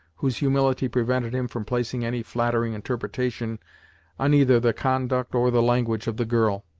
whose humility prevented him from placing any flattering interpretation on either the conduct or the language of the girl.